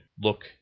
look